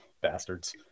Bastards